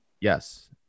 Yes